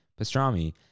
pastrami